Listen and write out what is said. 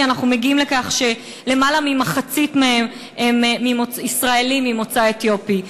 אנחנו מגיעים לכך שלמעלה ממחצית מהם הם ישראלים ממוצא אתיופי.